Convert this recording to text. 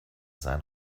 sein